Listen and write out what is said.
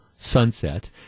sunset